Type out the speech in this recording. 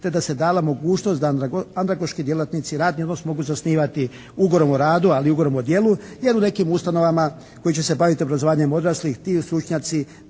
te da se dala mogućnost da andragoški djelatnici radni odnos mogu zasnivati ugovorom o radu, ali i ugovorom o djelu jer u nekim ustanovama koji će se baviti obrazovanjem odraslih ti stručnjaci